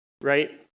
right